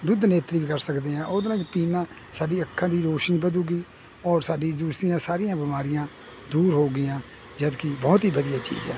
ਦੁੱਧ ਨੇਤਰੀ ਵੀ ਕਰ ਸਕਦੇ ਆਂ ਉਹਦੇ ਨਾਲ ਪੀਣ ਨਾਲ ਸਾਡੀ ਅੱਖਾਂ ਦੀ ਰੋਸ਼ਨੀ ਵਧੂਗੀ ਔਰ ਸਾਡੀ ਜੋ ਸੀਆ ਸਾਰੀਆਂ ਬਿਮਾਰੀਆਂ ਦੂਰ ਹੋ ਗਈਆਂ ਜਦਕਿ ਬਹੁਤ ਹੀ ਵਧੀਆ ਚੀਜ਼ ਆ